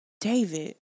David